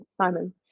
Simon